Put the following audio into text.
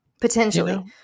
Potentially